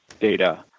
data